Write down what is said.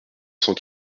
cent